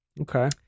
okay